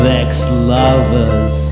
ex-lovers